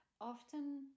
often